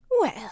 Well